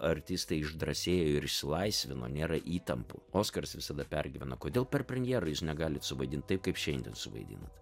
artistai išdrąsėjo ir išsilaisvino nėra įtampų oskaras visada pergyvena kodėl per premjerą jūs negalit suvaidint taip kaip šiandien suvaidinat